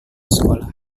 sekolah